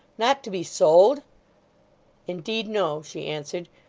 not to be sold indeed no she answered.